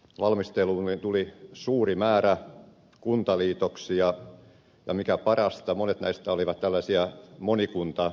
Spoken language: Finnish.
valmisteluun tuli suuri määrä kuntaliitoksia ja mikä parasta monet näistä olivat tällaisia monikuntaliitoksia